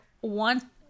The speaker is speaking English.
one